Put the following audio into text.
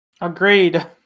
Agreed